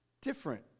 different